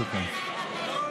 שוכרן.